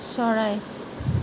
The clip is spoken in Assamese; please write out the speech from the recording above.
চৰাই